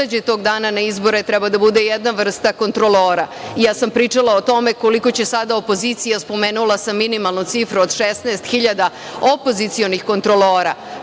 ko izađe tog dana na izbore treba da bude jedna vrsta kontrolora. Ja sam pričala o tome koliko će sada opozicija, spomenula sam minimalnu cifru od 16.000 opozicionih kontrolora.